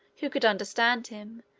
who could understand him,